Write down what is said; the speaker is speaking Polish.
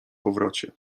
powrocie